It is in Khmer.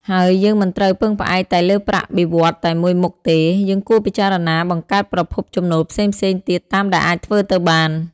ហើយយើងមិនត្រូវពឹងផ្អែកតែលើប្រាក់បៀវត្សរ៍តែមួយមុខទេ យើងគួរពិចារណាបង្កើតប្រភពចំណូលផ្សេងៗទៀតតាមដែលអាចធ្វើទៅបាន។